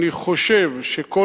אני חושב שכל